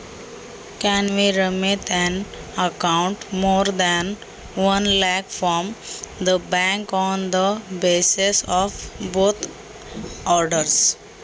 एक लाखापेक्षा जास्तची अमाउंट आपण धनादेशच्या आधारे बँक मधून पाठवू शकतो का?